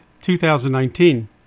2019